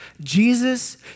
Jesus